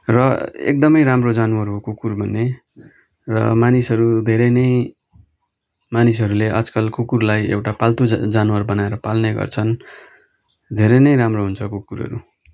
र एकदमै राम्रो जनावर हो कुकुर भन्ने र मानिसहरू धेरै नै मानिसहरूले आजकल कुकुरलाई एउटा पाल्तु जनावर बनाएर पाल्ने गर्छन् धेरै नै राम्रो हुन्छ कुकुरहरू